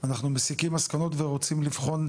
אנחנו מסיקים מסקנות ורוצים לבחון,